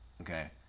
okay